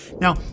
Now